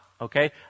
Okay